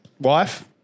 Wife